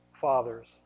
fathers